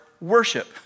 worship